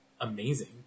amazing